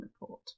report